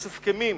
יש הסכמים,